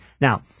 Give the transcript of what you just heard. Now